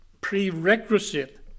prerequisite